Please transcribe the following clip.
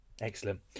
Excellent